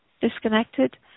disconnected